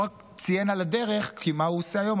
הוא רק ציין על הדרך מה הוא עושה היום.